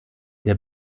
der